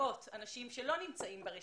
יש עוד עשרות אם לא מאות אנשים שלא נמצאים ברשימה,